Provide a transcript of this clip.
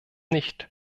nicht